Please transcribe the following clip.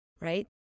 right